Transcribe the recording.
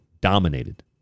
dominated